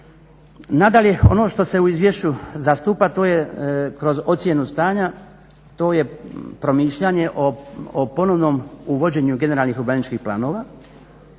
Nadalje ono što se u izvješću zastupa to je kroz ocjenu stanja, to je promišljanje o ponovnom uvođenju generalnih urbaničkih planova,